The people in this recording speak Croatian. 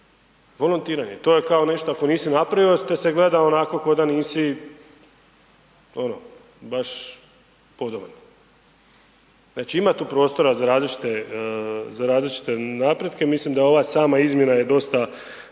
volontiranje. To je kao nešto ako nisi napravio te se gleda onako ko da nisi ono baš podoban. Znači ima tu prostora za različite napretke, mislim da ova sama izmjena je dosta